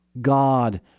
God